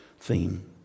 theme